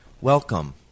Welcome